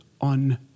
on